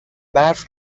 برف